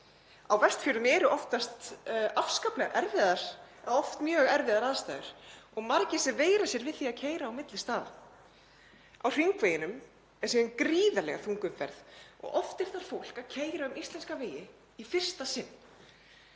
Á Vestfjörðum eru oft mjög erfiðar aðstæður og margir sem veigra sér við því að keyra á milli staða. Á hringveginum er síðan gríðarlega þung umferð og oft er þar fólk að keyra um íslenska vegi í fyrsta sinn.